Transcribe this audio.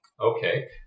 Okay